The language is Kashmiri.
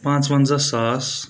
پانٛژوَنٛزاہ ساس